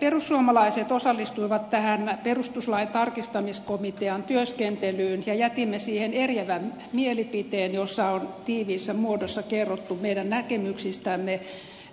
perussuomalaiset osallistuivat tähän perustuslain tarkistamiskomitean työskentelyyn ja jätimme siihen eriävän mielipiteen jossa on tiiviissä muodossa kerrottu meidän näkemyksistämme